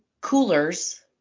coolers